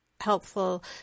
helpful